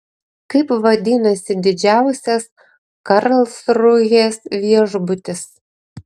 kaip vadinasi didžiausias karlsrūhės viešbutis